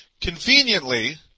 Conveniently